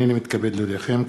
הנני מתכבד להודיעכם,